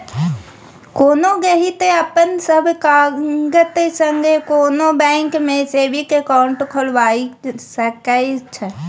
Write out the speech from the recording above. कोनो गहिंकी अपन सब कागत संगे कोनो बैंक मे सेबिंग अकाउंट खोलबा सकै छै